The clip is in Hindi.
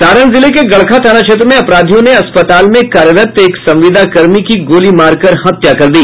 सारण जिले के गड़खा थाना क्षेत्र में अपराधियों ने अस्पताल में कार्यरत एक संविदाकर्मी की गोली मारकर हत्या कर दी